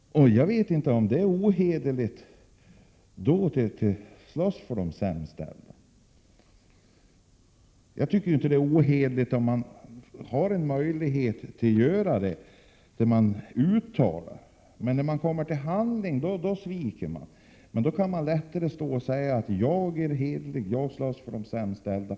Jag kaniinte finna att det är ohederligt att värna om de sämst ställda. Det är inte heller ohederligt att i tal göra detta, men ni sviker i handling denna inriktning. Det är lätt att säga: Jag är hederlig och arbetar för de sämst Prot.